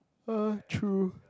uh true